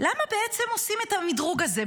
למה בעצם עושים את המדרוג הזה,